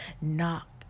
knock